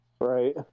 right